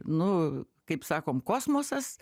nu kaip sakom kosmosas